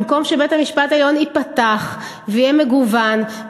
במקום שבית-המשפט העליון ייפתח ויהיה מגוון.